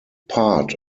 part